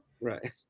Right